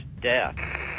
death